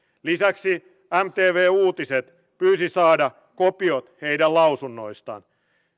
lisäksi mtv uutiset pyysi saada kopiot heidän lausunnoistaan